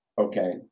okay